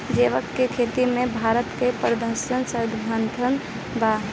जैविक खेती में भारत का प्रथम स्थान बा